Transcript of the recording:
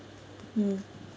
mm